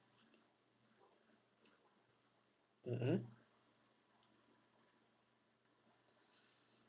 mmhmm